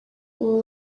ubu